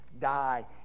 die